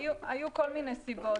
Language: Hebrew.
היו כל מיני סיבות.